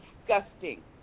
disgusting